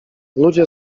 ludzie